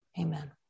Amen